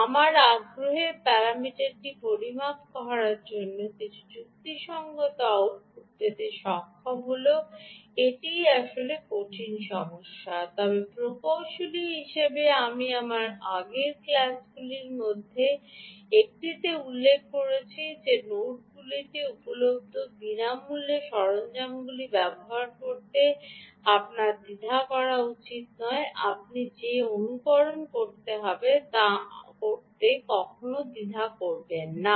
আমার আগ্রহের প্যারামিটারটি পরিমাপ করার জন্য কিছু যুক্তিসঙ্গত আউটপুট পেতে সক্ষম হল এটি আসলেই কঠিন সমস্যা তবে প্রকৌশলী হিসাবে আমি আমার আগের ক্লাসগুলির মধ্যে একটিতে উল্লেখ করেছি যে নেটগুলিতে উপলব্ধ বিনামূল্যে সরঞ্জামগুলি ব্যবহার করতে আপনার দ্বিধা করা উচিত নয় আপনি যে অনুকরণ করতে হবে তা করতে কখনও দ্বিধা করা উচিত নয়